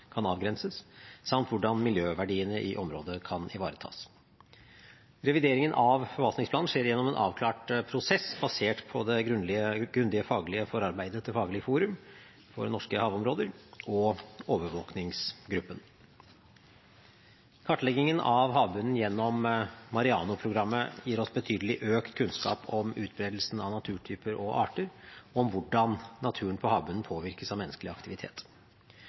kan avgrenses, samt hvordan miljøverdiene i området kan ivaretas. Revideringen av forvaltningsplanen skjer gjennom en avklart prosess basert på det grundige faglige forarbeidet til Faglig forum for norske havområder og Overvåkingsgruppen. Kartleggingen av havbunnen gjennom MAREANO-programmet gir oss betydelig økt kunnskap om utbredelsen av naturtyper og arter og om hvordan naturen på havbunnen påvirkes av menneskelig aktivitet.